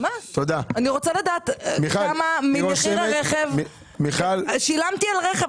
אני רוצה לדעת כמה ממחיר הרכב - שילמתי על רכב,